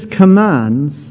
commands